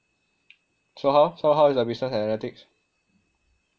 so how so how is your business analytics